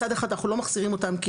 מצד אחד, אנחנו לא מחזירים אותם כי